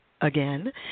Again